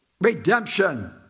redemption